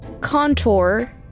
contour